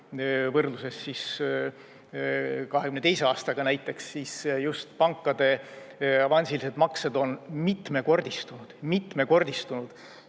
võrdluses 2022. aastaga näiteks, siis just pankade avansilised maksed on mitmekordistunud. Mitmekordistunud!